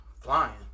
flying